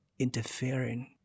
Interfering